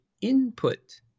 input